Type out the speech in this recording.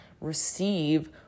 receive